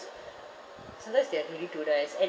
sometimes they are really too nice and